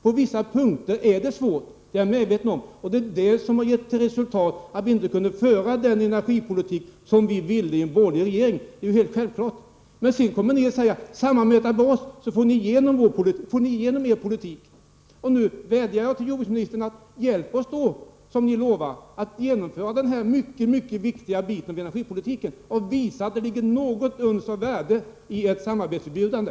På vissa punkter är det svårt — det är jag medveten om — och det är det som har gett till resultat att vi inte i en borgerlig regering kunde föra den energipolitik som vi ville ha. Det är ju helt självklart. Sedan kommer ni och säger: Samarbeta med oss, så får ni igenom er politik! Nu vädjar jag till jordbruksministern: Hjälp oss då, som ni lovar, att genomföra den här mycket viktiga biten när det gäller energipolitiken, och visa att det ligger något uns av verklighet i ert samarbetserbjudande!